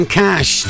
cash